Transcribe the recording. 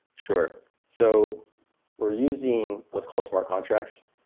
sure. so we're using what's called smart contracts,